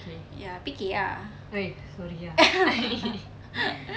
ya fikir ah